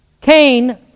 Cain